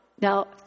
now